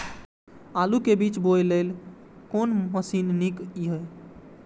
आलु के बीज बोय लेल कोन मशीन नीक ईय?